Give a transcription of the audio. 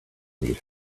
need